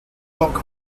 doc